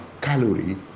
calorie